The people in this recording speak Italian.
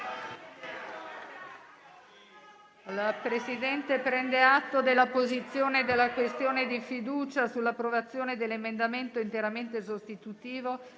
La Presidenza prende atto della posizione della questione di fiducia sull'approvazione dell'emendamento interamente sostitutivo